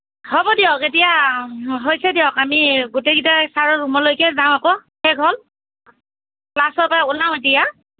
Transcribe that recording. হ'ব দিয়ক এতিয়া হৈছে দিয়ক আমি গোটেই কেইটাই চাৰৰ ৰুমলৈকে যাওঁ আকৌ শেষ হ'ল ক্লাছৰ পৰা ওলাওঁ এতিয়া